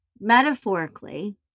Metaphorically